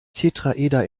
tetraeder